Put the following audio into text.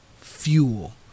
fuel